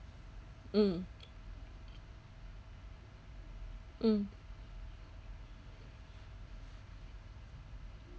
mm mm